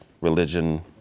religion